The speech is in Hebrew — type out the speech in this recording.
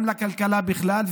גם לכלכלה בכלל,